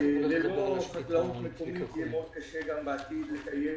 ללא חקלאות מקומית יהיה קשה מאוד גם בעתיד לקיים